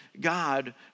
God